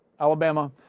Alabama –